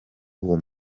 mugore